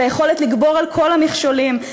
את היכולת לגבור על כל המכשולים,